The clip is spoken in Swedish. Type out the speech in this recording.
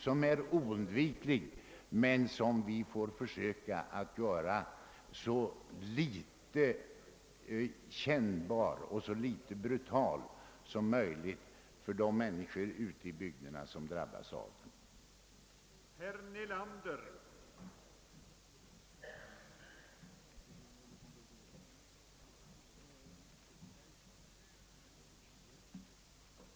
Den är oundviklig men vi får försöka göra den så litet kännbar och så litet brutal som möjligt för de människor ute i bygderna som drabbas av den.